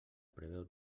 preveu